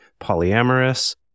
polyamorous